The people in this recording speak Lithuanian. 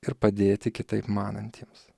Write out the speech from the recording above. ir padėti kitaip manantiems